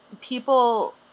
people